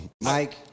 Mike